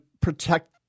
protect